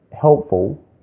helpful